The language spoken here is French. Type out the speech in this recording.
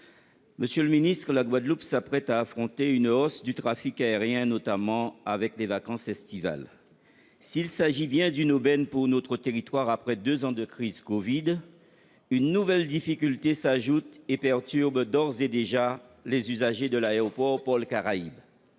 Monsieur le ministre, la Guadeloupe s'apprête à affronter une hausse du trafic aérien, notamment lors des vacances estivales. S'il s'agit bien d'une aubaine pour notre territoire après deux ans de crise covid, une nouvelle difficulté s'ajoute et perturbe d'ores et déjà les usagers de l'aéroport Guadeloupe-Pôle Caraïbes,